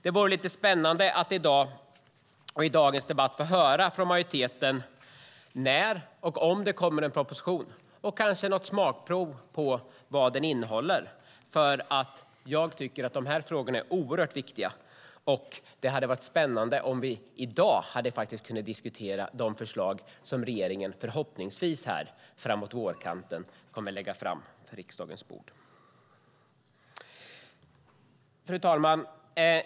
Det vore därför spännande att i dagens debatt få höra från majoriteten om och när det kommer en proposition och kanske få något smakprov på vad den ska innehålla. Dessa frågor är nämligen mycket viktiga, och det hade varit spännande om vi i dag hade kunnat diskutera de förslag som regeringen förhoppningsvis kommer att lägga fram på riksdagens bord nu i vår. Fru talman!